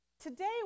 Today